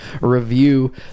review